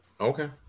Okay